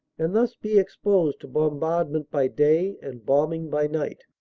and thus be exposed to bombardment by day and bombing by night.